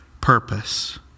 purpose